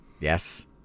yes